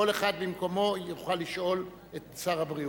כל אחד במקומו יוכל לשאול את שר הבריאות.